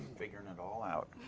figuring it all out.